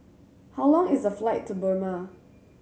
how long is the flight to Burma